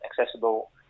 accessible